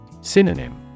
Synonym